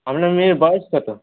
আপনার মেয়ের বয়স কতো